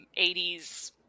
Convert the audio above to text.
80s